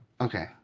Okay